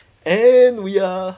and we are